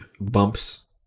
bumps